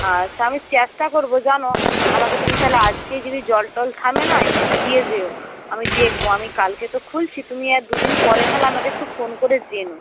আচ্ছা আমি চেষ্টা করব জানো আমাকে তুমি তাহলে আজকেই যদি জল টল থামে না একটু দিয়ে যেও আমি দেখব আমি কালকে তো খুলছি তুমি আর দু দিন পরে তাহলে আমাকে একটু ফোন করে জেনো